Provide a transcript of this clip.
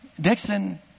Dixon